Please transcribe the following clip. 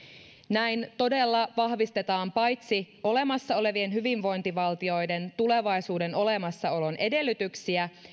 näin todella paitsi vahvistetaan olemassa olevien hyvinvointivaltioiden tulevaisuuden olemassaolon edellytyksiä myös